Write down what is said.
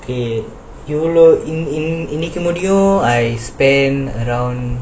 err இவ்லொ இனைக்கி முடியும்:ivlo inaiki mudiyum I spend around